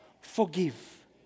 Forgive